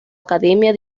academia